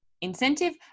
incentive